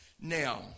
Now